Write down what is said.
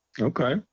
Okay